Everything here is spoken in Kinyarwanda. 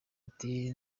ati